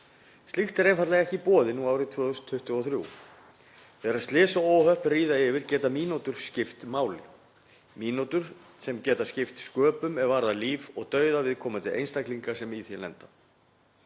Slíkt er einfaldlega ekki í boði nú árið 2023. Þegar slys og óhöpp ríða yfir geta mínútur skipt máli, mínútur sem geta skipt sköpum um líf og dauða viðkomandi einstaklinga sem í því lenda.